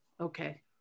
Okay